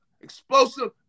explosive